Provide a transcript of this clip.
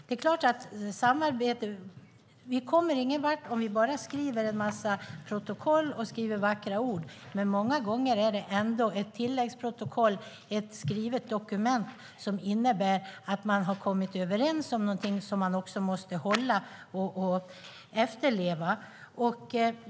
Det är klart att vi inte kommer någonvart om vi bara skriver en massa protokoll och vackra ord, men många gånger är det ändå ett tilläggsprotokoll, ett skrivet dokument som innebär att man har kommit överens om någonting som man också måste hålla och efterleva.